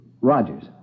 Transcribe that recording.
Rogers